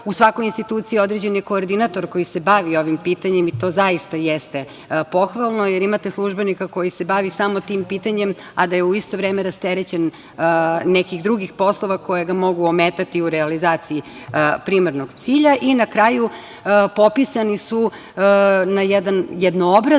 U svakoj instituciji određen je koordinator koji se bavi ovim pitanjem i to zaista jeste pohvalno, jer imate službenika koji se bavi samo tim pitanjem, a da je u isto vreme rasterećen nekih drugih poslova koji ga mogu ometati u realizaciji primarnog cilja. I na kraju popisani su na jednoobrazan